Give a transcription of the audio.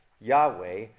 Yahweh